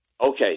Okay